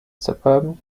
suburban